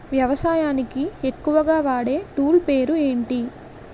వ్యవసాయానికి ఎక్కువుగా వాడే టూల్ పేరు ఏంటి?